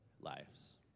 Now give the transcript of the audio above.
lives